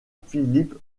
philippe